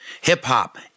Hip-hop